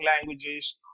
languages